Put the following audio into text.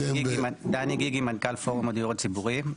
דני גיגי מנכ"ל פורום הדיור הציבורי.